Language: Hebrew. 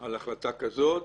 על החלטה כזאת